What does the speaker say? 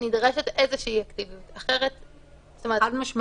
נדרשת איזה אקטיביות -- חד-משמעית.